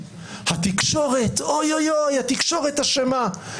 התקשורת אוי-אוי-אוי, התקשורת אשמה.